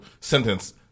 sentence